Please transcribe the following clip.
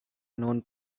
known